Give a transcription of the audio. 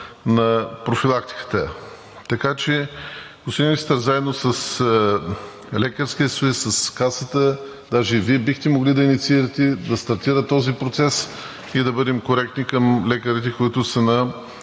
на профилактиката. Господин Министър, заедно с Лекарския съюз, с Касата, даже и Вие бихте могли да инициирате да стартира този процес и да бъдем коректни към лекарите, които са на